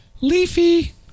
Leafy